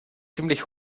ziemlich